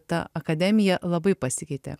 ta akademija labai pasikeitė